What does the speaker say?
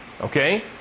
Okay